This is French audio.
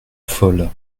folle